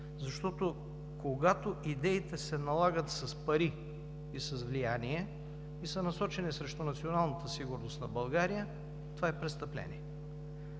защото, когато идеите се налагат с пари и с влияние и са насочени срещу националната сигурност на България, това е престъпление.